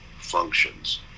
functions